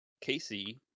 Casey